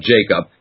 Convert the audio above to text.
Jacob